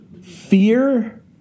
Fear